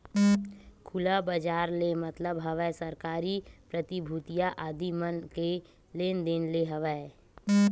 खुला बजार ले मतलब हवय सरकारी प्रतिभूतिया आदि मन के लेन देन ले हवय